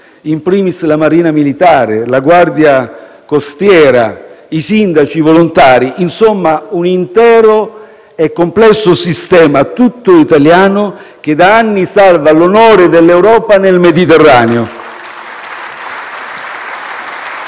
*in primis* la Marina militare, la Guardia costiera, i sindaci, i volontari; insomma, un intero e complesso sistema, tutto italiano, che da anni salva l'onore dell'Europa nel Mediterraneo.